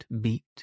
beat